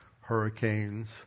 hurricanes